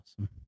awesome